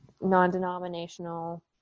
non-denominational